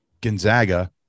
Gonzaga